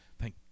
Thank